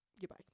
Goodbye